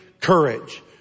courage